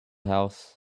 house